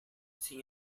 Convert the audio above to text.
sin